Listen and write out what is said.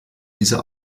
diese